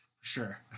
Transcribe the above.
sure